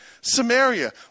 Samaria